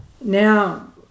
Now